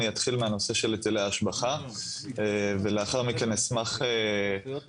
אני אתחיל מהנושא של היטלי השבחה ולאחר מכן אשמח להעביר